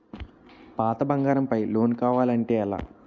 పాత బంగారం పై లోన్ కావాలి అంటే ఎలా?